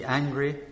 angry